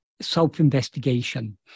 self-investigation